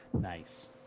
Nice